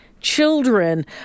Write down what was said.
children